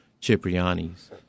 Cipriani's